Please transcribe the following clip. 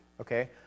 okay